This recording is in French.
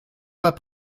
pas